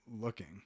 looking